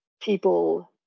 people